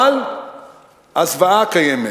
אבל הזוועה קיימת.